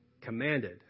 commanded